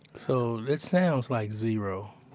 so that sounds like zero